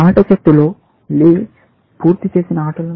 ఆట చెట్టు లో లీవ్స్ పూర్తి చేసిన ఆటలు